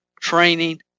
training